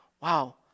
wow